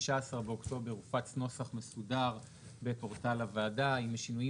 ב-19 באוקטובר הופץ נוסח מסודר בפורטל הוועדה עם שינויים